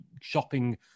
shopping